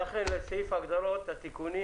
לסעיף ההגדרות התיקונים